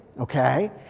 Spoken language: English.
Okay